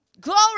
Glory